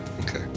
Okay